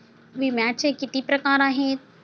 विम्याचे किती प्रकार आहेत?